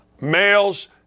males